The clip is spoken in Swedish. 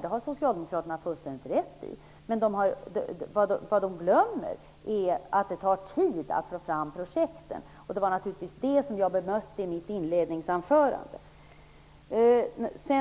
Det har Socialdemokraterna fullständigt rätt i. Men de glömmer är det tar tid att få fram projekten. Det var naturligtvis det som jag bemötte i mitt inledningsanförande.